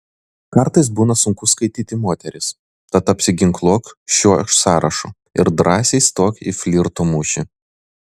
kartais būna sunku skaityti moteris tad apsiginkluok šiuo sąrašu ir drąsiai stok į flirto mūšį